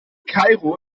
kairo